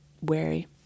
wary